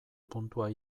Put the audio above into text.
puntua